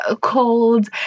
cold